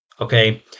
Okay